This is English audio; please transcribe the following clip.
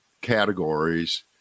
categories